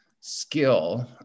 skill